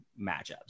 matchups